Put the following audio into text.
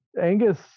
Angus